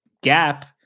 gap